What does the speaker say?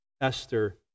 Esther